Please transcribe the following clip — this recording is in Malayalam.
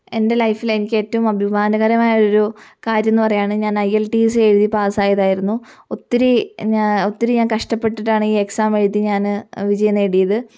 എൻ്റെ ലൈഫിൽ എനിക്കേറ്റവും അഭിമാനകരമായൊരു കാര്യം ഒന്ന് പറയുവാണ് ഞാൻ I E L T S എഴുതി പാസായതായിരുന്നു ഒത്തിരി ഞാൻ ഒത്തിരി ഞാൻ കഷ്ടപ്പെട്ടിട്ടാണ് ഈ എക്സാം എഴുതി ഞാന് വിജയം നേടിയത്